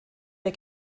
der